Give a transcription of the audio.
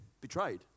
betrayed